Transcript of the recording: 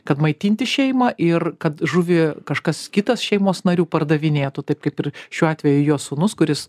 kad maitinti šeimą ir kad žuvį kažkas kitas šeimos narių pardavinėtų taip kaip ir šiuo atveju jo sūnus kuris